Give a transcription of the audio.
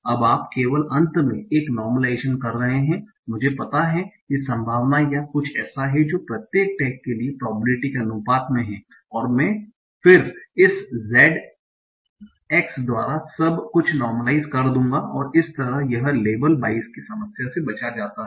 अब आप केवल अंत में एक नार्मलाइजेशन कर रहे हैं मुझे पता है कि संभावना या कुछ ऐसा है जो प्रत्येक टैग के लिए प्रोबेबिलिटी के अनुपात में है और फिर मैं इस zx द्वारा सब कुछ नार्मलाइस कर दूंगा और इस तरह यह लेबल बाइअस की समस्या से बचा जाता है